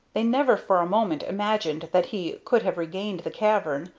they never for a moment imagined that he could have regained the cavern,